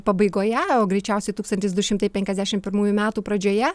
pabaigoje o greičiausiai tūkstantis du šimtai penkiasdešim pirmųjų metų pradžioje